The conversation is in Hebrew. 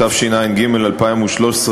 התשע"ג 2013,